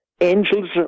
angels